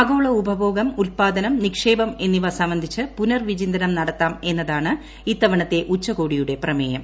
ആഗോള ഉപഭോഗം ഉത്പാദനം നിക്ഷേപം എന്നിവ സംബന്ധിച്ച് പുനർവിചിന്തനം നടത്താട്ട് എന്ന്താണ് ഇത്തവണത്തെ ഉച്ചകോടിയുടെ പ്രമേയം